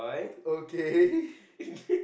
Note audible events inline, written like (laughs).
okay (laughs)